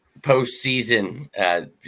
postseason